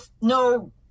no